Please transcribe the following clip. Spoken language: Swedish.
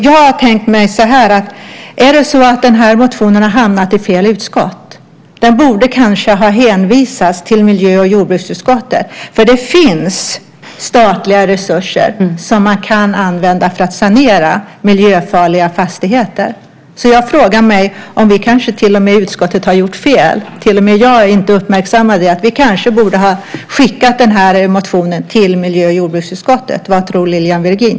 Jag har funderat på om den här motionen har hamnat i fel utskott. Den borde kanske ha hänvisats till miljö och jordbruksutskottet. Det finns statliga resurser som kan användas för att sanera miljöfarliga fastigheter. Jag frågar mig om vi i utskottet kanske har gjort fel. Inte heller jag har uppmärksammat det. Vi borde kanske ha skickat den här motionen till miljö och jordbruksutskottet. Vad tror Lilian Virgin?